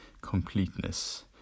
completeness